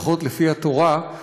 לפחות לפי התורה,